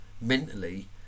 mentally